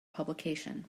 publication